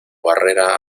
barrera